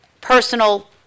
personal